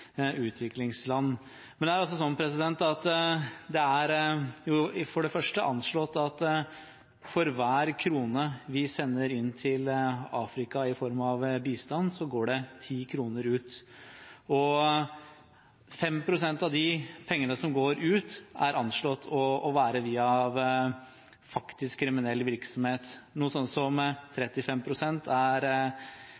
utviklingsland. Det er for det første anslått at for hver krone vi sender til Afrika i form av bistand, går det ti kroner ut. 5 pst. av de pengene som går ut, er anslått å være via faktisk kriminell virksomhet, mens noe sånt som